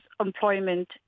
employment